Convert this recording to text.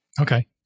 Okay